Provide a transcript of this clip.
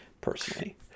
Personally